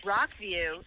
Rockview